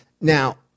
Now